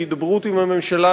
בהידברות עם הממשלה,